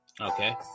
okay